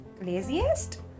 laziest